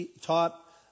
taught